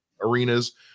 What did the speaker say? arenas